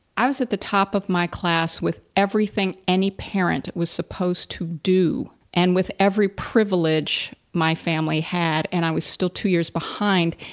i was at the top of my class with everything any parent was supposed to do, and with every privilege my family had and i was still two years behind.